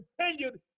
continued